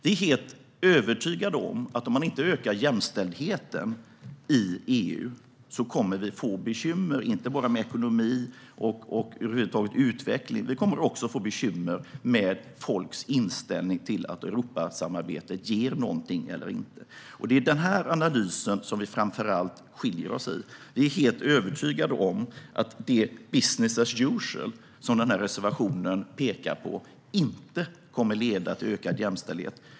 Vi är helt övertygade om att om man inte ökar jämställdheten i EU kommer vi att få bekymmer, inte bara med ekonomi och utveckling överlag. Vi kommer även att få bekymmer med folks inställning till huruvida Europasamarbetet ger någonting eller inte. Det är framför allt när det gäller denna analys som vi skiljer oss åt. Vi är helt övertygade om att business as usual, som man pekar på i denna reservation, inte kommer att leda till ökad jämställdhet.